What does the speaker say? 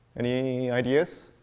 any ideas?